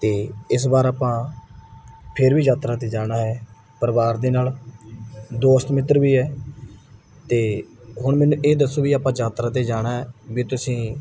ਅਤੇ ਇਸ ਵਾਰ ਆਪਾਂ ਫਿਰ ਵੀ ਯਾਤਰਾ 'ਤੇ ਜਾਣਾ ਹੈ ਪਰਿਵਾਰ ਦੇ ਨਾਲ ਦੋਸਤ ਮਿੱਤਰ ਵੀ ਹੈ ਅਤੇ ਹੁਣ ਮੈਨੂੰ ਇਹ ਦੱਸੋ ਵੀ ਆਪਾਂ ਯਾਤਰਾ 'ਤੇ ਜਾਣਾ ਵੀ ਤੁਸੀਂ